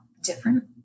different